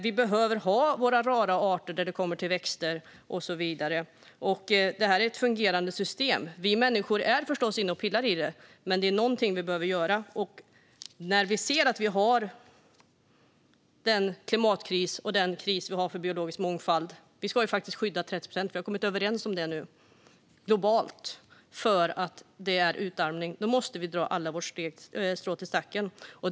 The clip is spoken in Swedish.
Vi behöver ha våra rara arter när det gäller växter och så vidare. Det här är ett fungerande system. Vi människor är förstås inne och pillar i det, men det här är något vi behöver göra. Och när vi ser att vi har klimatkris och kris för biologisk mångfald - vi ska ju faktiskt skydda 30 procent; vi har kommit överens om det globalt för att det är utarmning - måste vi alla dra vårt strå till stacken.